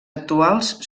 actuals